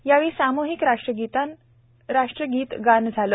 यावेळी सामुहिक राष्ट्रगीतगान झाले